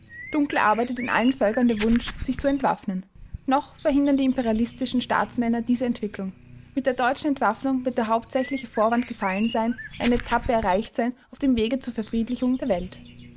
dunkel arbeitet in allen völkern der wunsch sich zu entwaffnen noch verhindern die imperialistischen staatsmänner diese entwicklung mit der deutschen entwaffnung wird der hauptsächlichste vorwand gefallen sein eine etappe erreicht sein auf dem wege zur verfriedlichung der welt